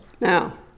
Now